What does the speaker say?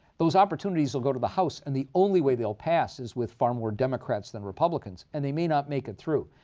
those opportunities will go to the house, and the only way they'll pass is with far more democrats than republicans. and they may not make it through.